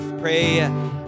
Pray